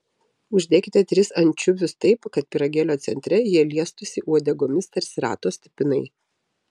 uždėkite tris ančiuvius taip kad pyragėlio centre jie liestųsi uodegomis tarsi rato stipinai